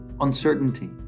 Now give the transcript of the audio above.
uncertainty